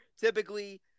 typically